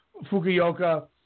Fukuoka